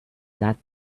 that